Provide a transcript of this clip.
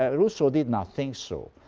ah rousseau did not think so.